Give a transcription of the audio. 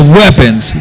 weapons